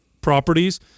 properties